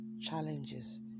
challenges